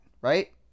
right